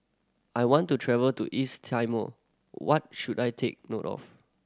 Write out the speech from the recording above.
I want to travel to East Timor what should I take note of